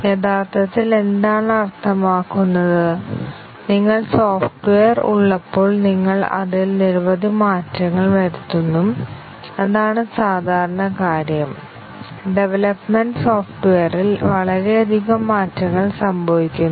യഥാർത്ഥത്തിൽ എന്താണ് അർത്ഥമാക്കുന്നത് നിങ്ങൾക്ക് സോഫ്റ്റ്വെയർ ഉള്ളപ്പോൾ നിങ്ങൾ അതിൽ നിരവധി മാറ്റങ്ങൾ വരുത്തുന്നു അതാണ് സാധാരണ കാര്യം ഡെവലപ്മെന്റ് സോഫ്റ്റ്വെയറിൽ വളരെയധികം മാറ്റങ്ങൾ സംഭവിക്കുന്നു